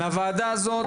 בוועדה הזאת,